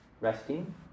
resting